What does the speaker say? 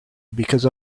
because